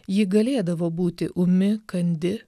ji galėdavo būti ūmi kandi